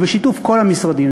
ובשיתוף כל המשרדים.